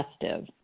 festive